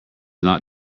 not